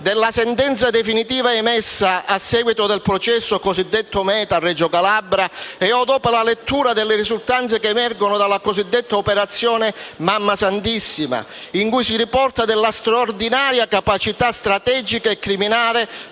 della sentenza definitiva emessa a seguito del cosiddetto processo Meta, a Reggio Calabria, e/o dopo la lettura delle risultanze che emergono dalla cosiddetta operazione Mammasantissima, in cui si riporta della straordinaria capacità strategica e criminale